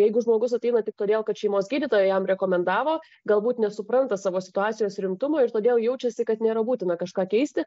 jeigu žmogus ateina tik todėl kad šeimos gydytoja jam rekomendavo galbūt nesupranta savo situacijos rimtumo ir todėl jaučiasi kad nėra būtina kažką keisti